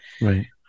Right